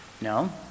No